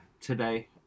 today